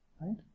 Right